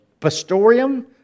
pastorium